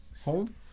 Home